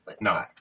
no